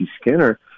Skinner